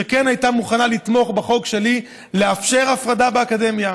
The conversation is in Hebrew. שכן הייתה מוכנה לתמוך בחוק שלי לאפשר הפרדה באקדמיה,